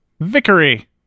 Vickery